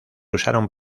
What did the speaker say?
usaron